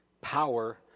power